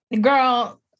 Girl